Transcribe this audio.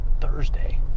Thursday